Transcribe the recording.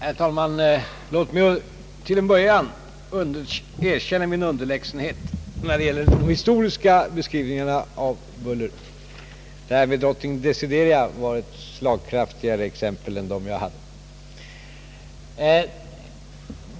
Herr talman! Låt mig till en början erkänna min underlägsenhet när det gäller de historiska beskrivningarna av bullret. Exemplet med drottning Desideria var slagkraftigare än de exempel jag gav.